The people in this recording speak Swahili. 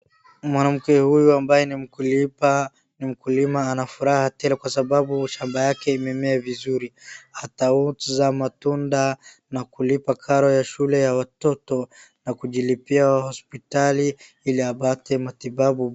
Mwanamke huyu ambaye ni mkulima , ni mkulima ana furaha tele kwa sababu shamba yake imemea vizuri. Hata woods za matunda na kulipa karo ya shule ya watoto , na kujilipia hospitali ili apate matibabu .